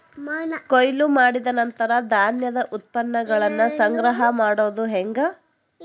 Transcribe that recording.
ಕೊಯ್ಲು ಮಾಡಿದ ನಂತರ ಧಾನ್ಯದ ಉತ್ಪನ್ನಗಳನ್ನ ಸಂಗ್ರಹ ಮಾಡೋದು ಹೆಂಗ?